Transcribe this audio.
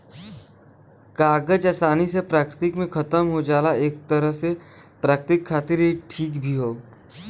कागज आसानी से प्रकृति में खतम हो जाला एक तरे से प्रकृति खातिर इ ठीक भी हौ